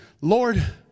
Lord